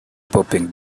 popping